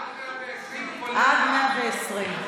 עד 120 כולל מע"מ.